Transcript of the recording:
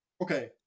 Okay